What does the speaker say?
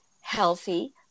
healthy